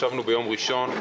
ישבנו ביום ראשון,